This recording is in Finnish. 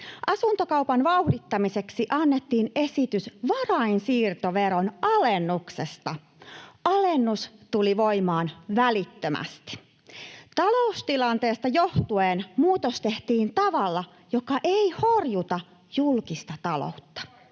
Asuntokaupan vauhdittamiseksi annettiin esitys varainsiirtoveron alennuksesta. Alennus tuli voimaan välittömästi. Taloustilanteesta johtuen muutos tehtiin tavalla, joka ei horjuta julkista taloutta.